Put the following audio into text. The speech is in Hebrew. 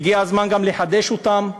והגיע הזמן גם לחדש אותם.